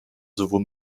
sowohl